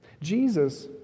Jesus